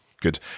Good